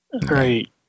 great